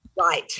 Right